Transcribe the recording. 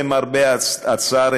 למרבה הצער,